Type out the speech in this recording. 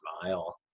smile